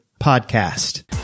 PODCAST